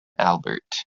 albert